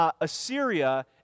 Assyria